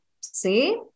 see